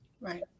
Right